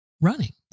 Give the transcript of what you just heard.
running